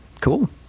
Cool